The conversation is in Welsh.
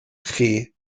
chi